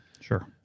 Sure